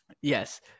yes